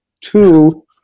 Two